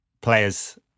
players